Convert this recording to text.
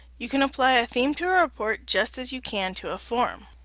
you can apply a theme to a report just as you can to a form.